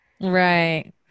right